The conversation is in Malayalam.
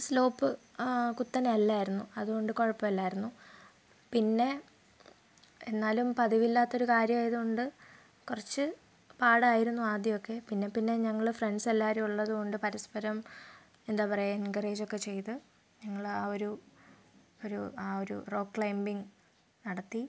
സ്ലോപ്പ് കുത്തനെ അല്ലായിരുന്നു അതുകൊണ്ട് കുഴപ്പമില്ലായിരുന്നു പിന്നെ എന്നാലും പതിവില്ലാത്ത ഒരു കാര്യമായതുകൊണ്ട് കുറച്ച് പാടായിരുന്നു ആദ്യമൊക്കെ പിന്നെ പിന്നെ ഞങ്ങൾ ഫ്രണ്ട്സ് എല്ലാവരും ഉള്ളത് കൊണ്ട് പരസ്പരം എന്താ പറയുക എൻകറേജൊക്കെ ചെയ്ത് ഞങ്ങൾ ആ ഒരു ഒരു ആ ഒരു റോക്ക് ക്ലൈമ്പിങ്ങ് നടത്തി